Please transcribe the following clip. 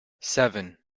seven